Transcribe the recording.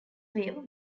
view